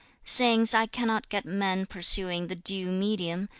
since i cannot get men pursuing the due medium,